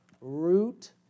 root